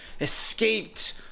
escaped